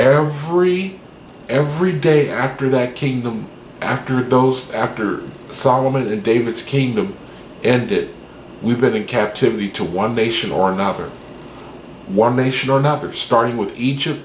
every every day after that kingdom after those after solomon and david's kingdom ended we've been in captivity to one nation or another one nation or another starting with egypt